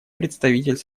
представитель